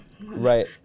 Right